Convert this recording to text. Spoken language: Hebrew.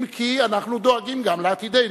אם כי אנחנו דואגים גם לעתידנו,